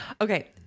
Okay